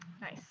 Nice